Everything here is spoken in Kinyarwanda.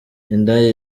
indaya